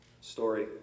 story